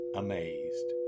amazed